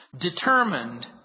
Determined